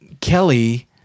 Kelly